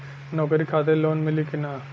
नौकरी खातिर लोन मिली की ना?